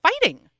fighting